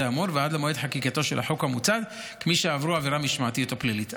האמור ועד למועד חקיקתו של החוק המוצע כמי שעברו עבירה משמעתית או פלילית.